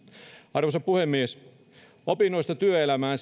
arvoisa puhemies opinnoista työelämään